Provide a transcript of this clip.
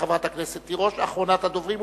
חברת הכנסת תירוש, אחרונת הדוברים.